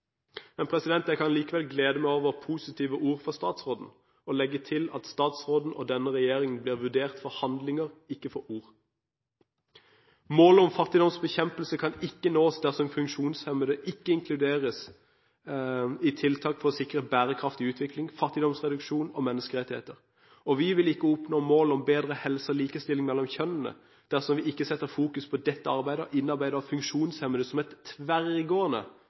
Jeg kan likevel glede meg over positive ord fra statsråden og legge til at statsråden og denne regjering blir vurdert ut fra handlinger – ikke ord. Målet om fattigdomsbekjempelse kan ikke nås dersom funksjonshemmede ikke inkluderes i tiltak for å sikre bærekraftig utvikling, fattigdomsreduksjon og menneskerettigheter. Vi vil ikke oppnå målet om bedre helse og likestilling mellom kjønnene dersom vi ikke setter dette arbeidet i fokus og innarbeider funksjonshemming som et tverrgående